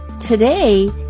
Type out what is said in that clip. Today